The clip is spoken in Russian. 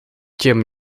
тем